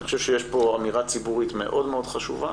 אני חושב שיש פה אמירה ציבורית מאוד מאוד חשובה